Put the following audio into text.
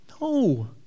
No